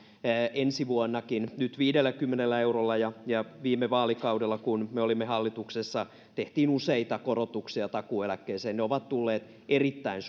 ensi vuonnakin viidelläkymmenellä eurolla viime vaalikaudella kun me olimme hallituksessa tehtiin useita korotuksia takuueläkkeeseen ne ovat tulleet erittäin